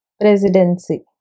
presidency